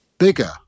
Bigger